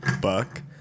buck